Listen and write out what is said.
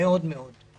מכובד מאוד,